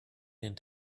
den